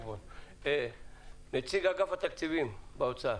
נציג אגף התקציבים באוצר,